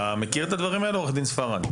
אתה מכיר את הדברים האלה, עורך דין ספרד?